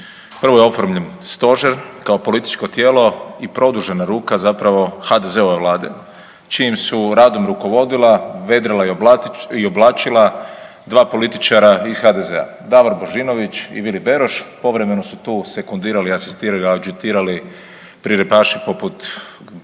Prvo je oformljen stožer kao političko tijelo i produžena ruka zapravo HDZ-ove vlade čijim su radom rukovodila, vedrila i oblačila dva političara iz HDZ-a, Davor Božinović i Vili Beroš, povremeno su tu sekundirali, asistirali i adžitirali …/Govornik